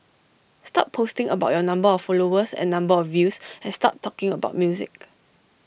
stop posting about your number of followers and number of views and start talking about music